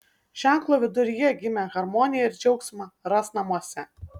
ženklo viduryje gimę harmoniją ir džiaugsmą ras namuose